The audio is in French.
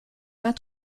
pas